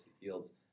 fields